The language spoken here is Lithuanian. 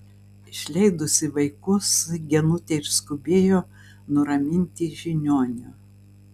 išleidusi vaikus genutė išskubėjo nuraminti žiniuonio